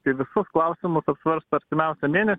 kai visus klausimus apsvarsto atrimiausią mėnesį